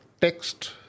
text